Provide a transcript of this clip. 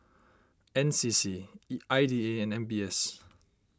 N C C E I D A and M B S